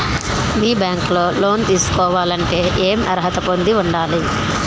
మీ bank లో loan తీసుకోవాలంటే ఎం అర్హత పొంది ఉండాలి?